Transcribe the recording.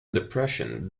depression